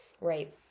right